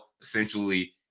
essentially